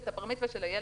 וגם את בר המצווה תעשה,